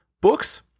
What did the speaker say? Books